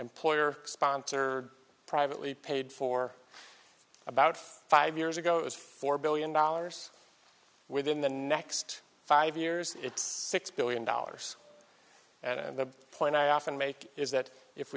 employer sponsored privately paid for about five years ago it was four billion dollars within the next five years it's six billion dollars and the point i often make is that if